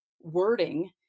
wording